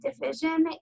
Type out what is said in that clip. division